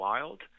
Wild